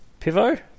pivo